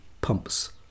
Pumps